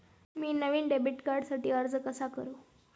मी नवीन डेबिट कार्डसाठी अर्ज कसा करू?